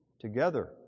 together